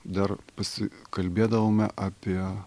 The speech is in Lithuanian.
dar pasikalbėdavome apie